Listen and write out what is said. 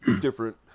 different